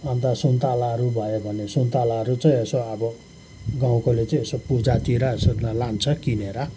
अन्त सुन्तलाहरू भयो भने सुन्तलाहरू चाहिँ यसो अब गाउँकोले चाहिँ यसो पूजातिर यसो लान्छ किनेर